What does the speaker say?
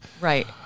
Right